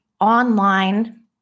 online